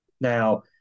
Now